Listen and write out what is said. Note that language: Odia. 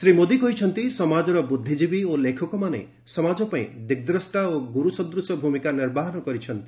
ଶ୍ରୀ ମୋଦି କହିଛନ୍ତି ସମାଜର ବୁଦ୍ଧିଜୀବୀ ଓ ଲେଖକମାନେ ସମାଜ ପାଇଁ ଦିଗ୍ଦ୍ରଷ୍ଟା ଓ ଗୁରୁ ସଦୃଶ ଭୂମିକା ନିର୍ବାହନ କରିଛନ୍ତି